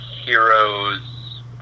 heroes